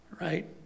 Right